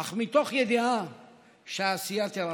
אך מתוך ידיעה שהעשייה תירפא.